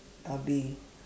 uh be